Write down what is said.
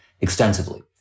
extensively